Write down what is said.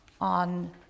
on